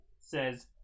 says